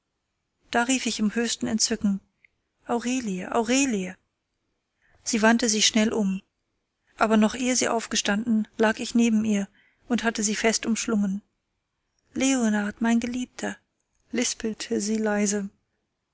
da rief ich im höchsten entzücken aurelie aurelie sie wandte sich schnell um aber noch ehe sie aufgestanden lag ich neben ihr und hatte sie fest umschlungen leonard mein geliebter lispelte sie leise